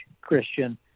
Christian